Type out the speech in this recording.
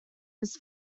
his